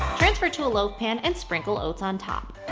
transfer to a low pan and sprinkle oats on top.